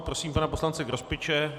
Prosím pana poslance Grospiče.